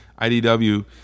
IDW